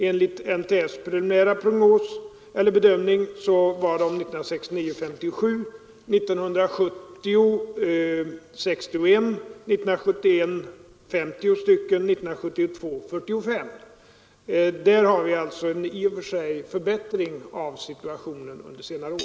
Enligt NTF:s preliminära bedömning var det 57 dödsolyckor 1969, 61 år 1970, 50 år 1971 och 45 år 1972. Därvidlag har situationen alltså i och för sig förbättrats under senare år.